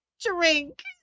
drink